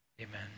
Amen